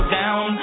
down